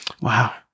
Wow